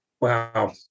Wow